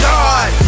God